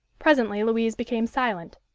presently louise became silent.